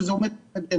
שזה עומד על הפרק.